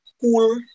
cool